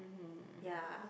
yeah